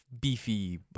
beefy